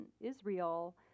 Israel